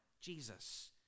Jesus